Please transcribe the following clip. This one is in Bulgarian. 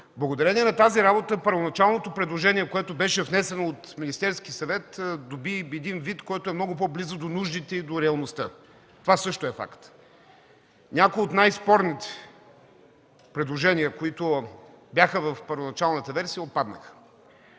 Благодарение на тази работа първоначалното предложение, внесено от Министерския съвет, доби вид, който е много по-близо до нуждите и реалността. Това също е факт. Някои от най-спорните предложения, които бяха в първоначалната версия, отпаднаха.